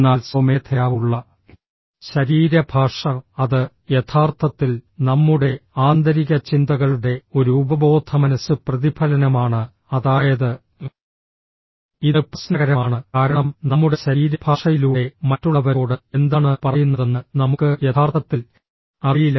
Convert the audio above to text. എന്നാൽ സ്വമേധയാ ഉള്ള ശരീരഭാഷ അത് യഥാർത്ഥത്തിൽ നമ്മുടെ ആന്തരിക ചിന്തകളുടെ ഒരു ഉപബോധമനസ്സ് പ്രതിഫലനമാണ് അതായത് ഇത് പ്രശ്നകരമാണ് കാരണം നമ്മുടെ ശരീരഭാഷയിലൂടെ മറ്റുള്ളവരോട് എന്താണ് പറയുന്നതെന്ന് നമുക്ക് യഥാർത്ഥത്തിൽ അറിയില്ല